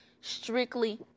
strictly